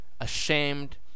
ashamed